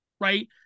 right